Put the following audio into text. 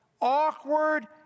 awkward